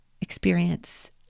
experience